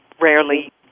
rarely